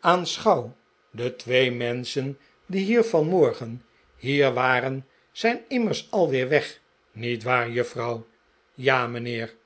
aanschouw die twee menschen die vanmorgeh hier waren zijn immers alweer weg r niet waar juffrouw m ja rnijnheer